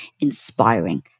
inspiring